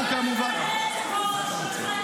--- אנחנו כמובן, אבל הם צועקים, מה אתה רוצה?